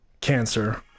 cancer